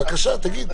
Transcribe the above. בבקשה, תגיד.